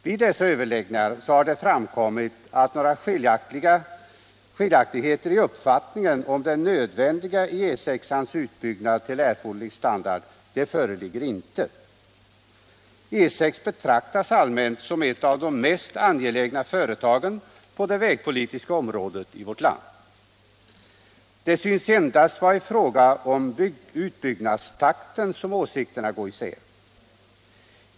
Vid dessa överläggningar har det framkommit att några skiljaktigheter i uppfattningen om det nödvändiga i E 6:ans utbyggand till erforderlig standard inte föreligger. E 6 betraktas allmänt som ett av de angelägna företagen på det vägpolitiska området i vårt land. Det synes endast vara i fråga om utbyggnadstakten som åsikterna går isär.